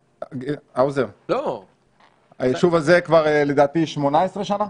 האוזר, היישוב הזה כבר, לדעתי, 18 שנה?